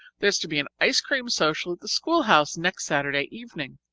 there's to be an ice-cream social at the schoolhouse next saturday evening.